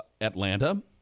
Atlanta